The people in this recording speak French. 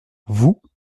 vous